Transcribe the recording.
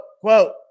quote